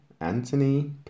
Anthony